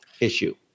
issue